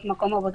את מקום העבודה,